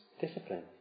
discipline